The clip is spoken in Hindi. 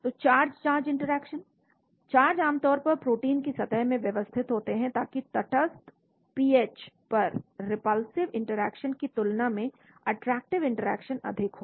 तो चार्ज चार्ज इंटरैक्शन चार्ज आम तौर पर प्रोटीन की सतह में व्यवस्थित होते हैं ताकि तटस्थ पीएच पर रिपल्सिव इंटरैक्शन की तुलना में अट्रैक्टिव इंटरैक्शन अधिक हो